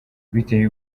biteye